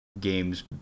Games